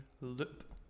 Loop